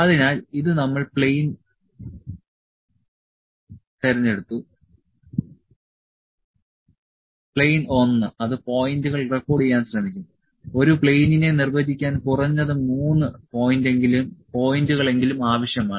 അതിനാൽ ഇത് നമ്മൾ പ്ലെയിൻ തിരഞ്ഞെടുത്തു പ്ലെയിൻ 1 അത് പോയിന്റുകൾ റെക്കോർഡുചെയ്യാൻ ശ്രമിക്കും ഒരു പ്ലെയിനിനെ നിർവചിക്കാൻ കുറഞ്ഞത് 3 പോയിന്റുകളെങ്കിലും ആവശ്യമാണ്